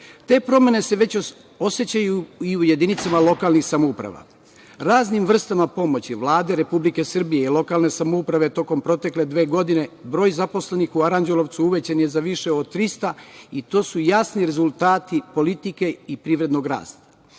Te promene se još osećaju i u jedinicama lokalnih samouprava. Raznim vrstama pomoći Vlade Republike Srbije i lokalne samouprave tokom protekle dve godine broj zaposlenih u Aranđelovcu uvećan je za više od 300 i to su jasni rezultati politike i privrednog rasta. Više